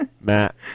Matt